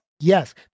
Yes